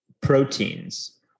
proteins